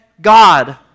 God